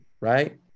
right